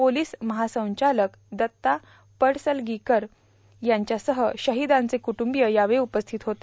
police महासंचालक दत्ता पडसलगीकर यांच्यासह शहोदांचे कुटुंबीय यावेळी उपस्थित होते